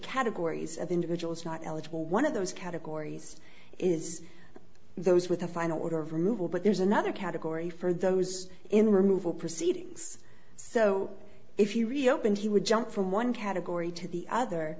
categories of individuals not eligible one of those categories is those with a final order of removal but there's another category for those in removal proceedings so if you reopened he would jump from one category to the other